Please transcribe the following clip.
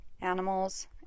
animals